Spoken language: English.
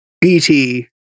BT